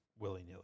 willy-nilly